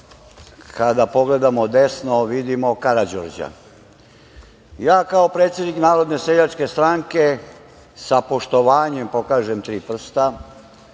kada pogledamo desno vidimo Karađorđa. Ja kao predsednik Narodne seljačke stranke sa poštovanjem pokažem tri prsta,